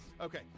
Okay